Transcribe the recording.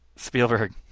Spielberg